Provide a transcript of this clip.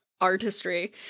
artistry